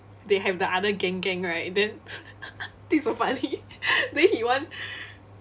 they have the other gang gang right then this is so funny then he want